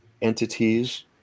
entities